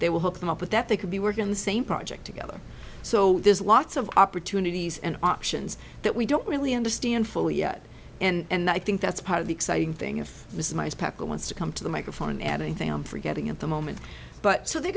will hook them up with that they could be working on the same project together so there's lots of opportunities and options that we don't really understand fully yet and i think that's part of the exciting thing if mrs packard wants to come to the microphone at anything i'm forgetting at the moment but so they'